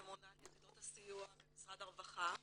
ממונה על יחידות הסיוע במשרד הרווחה.